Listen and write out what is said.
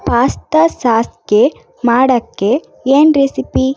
pasta ಸಾಸ್ಗೆ ಮಾಡೋಕ್ಕೆ ಏನು ರೆಸಿಪಿ